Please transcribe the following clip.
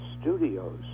studios